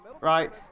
Right